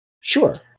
Sure